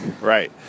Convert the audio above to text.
Right